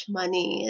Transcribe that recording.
money